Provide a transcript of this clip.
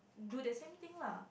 do the same thing lah